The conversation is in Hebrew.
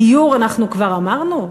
דיור אנחנו כבר אמרנו?